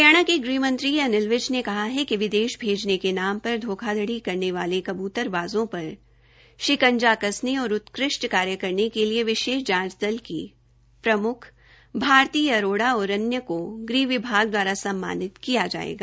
हरियाणा के गृहमंत्री अनिल विज ने कहा है कि विदेश भेजने के नाम पर धोखाधड़ी करने वाले करबूतबाज़ों पर शिंकजा कसने और उत्कृष्ट कार्य करने के लिए विशेष जांच दल की प्रमुख भारती अरोड़ा और अन्य को गृह विभाग द्वारा सम्मानित किया जायेगा